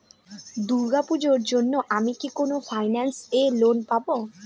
দূর্গা পূজোর জন্য আমি কি কোন ফাইন্যান্স এ লোন পাবো?